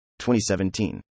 2017